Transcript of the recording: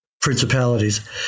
principalities